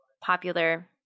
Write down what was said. popular